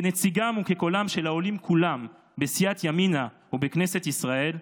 כנציגם וכקולם של העולים כולם בסיעת ימינה ובכנסת ישראל,